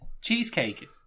Cheesecake